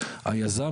היזם,